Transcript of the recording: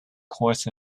course